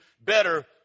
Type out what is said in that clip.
better